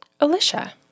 Alicia